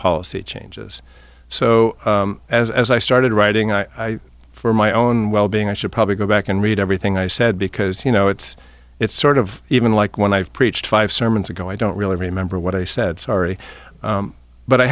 policy changes so as i started writing i for my own well being i should probably go back and read everything i said because you know it's it's sort of even like when i've preached five sermons ago i don't really remember what i said sorry but i